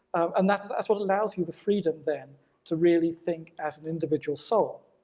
and that's that's what allows you the freedom then to really think as an individual soul.